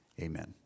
Amen